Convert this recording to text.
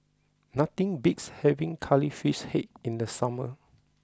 nothing beats having Curry Fish Head in the summer